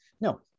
no